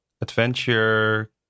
adventure